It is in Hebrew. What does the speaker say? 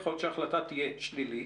יכול להיות שההחלטה תהיה שלילית,